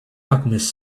alchemists